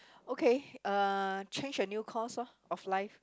okay uh change a new course orh of life